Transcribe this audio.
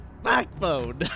Backbone